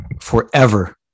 forever